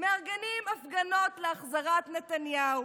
מארגנים הפגנות להחזרת נתניהו,